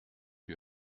lui